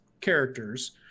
characters